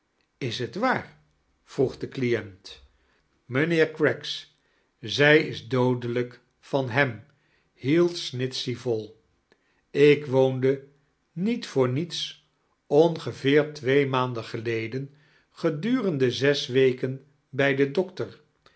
is t waar vroeg de client mijnheer craggs zij is doodelijk van hem hield snitchey vol ik woondei niet voor hiets ongeveer twee maanden geleden gedurende zes weken bij den doctor